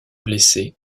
blessé